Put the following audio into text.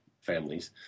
families